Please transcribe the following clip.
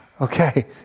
okay